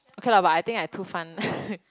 okay la but I think I too fun